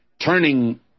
turning